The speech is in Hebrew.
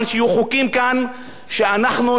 שאנחנו נוציא את הפוליטיקה מתוך התקשורת,